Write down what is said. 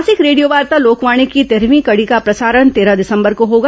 मासिक रेडियोवार्ता लोकवाणी की तेरहवीं कड़ी का प्रसारण तेरह दिसंबर को होगा